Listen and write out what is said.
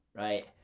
right